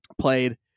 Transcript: played